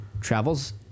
travels